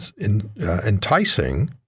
enticing